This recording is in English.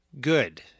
good